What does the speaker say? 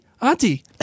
auntie